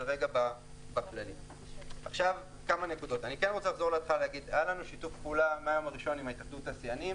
היה לנו שיתוף פעולה מהיום הראשון עם התאחדות התעשיינים.